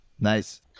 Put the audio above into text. Nice